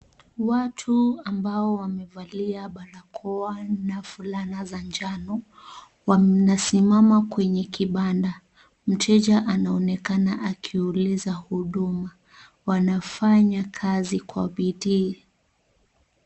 Watu ambao wamevalia barakoa na fulana za njano wanasimama kwenye kibanda, mteja anaonekana akiuliza huduma, wanafanya kazi kwa bidii.